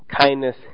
Kindness